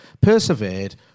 Persevered